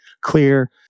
clear